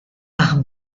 par